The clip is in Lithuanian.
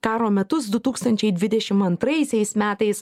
karo metus du tūkstančiai dvidešimt antraisiais metais